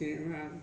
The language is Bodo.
जेरै